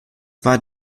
war